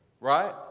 Right